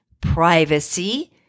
privacy